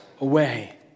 away